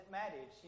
married